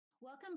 Welcome